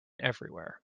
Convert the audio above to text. everywhere